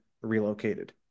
relocated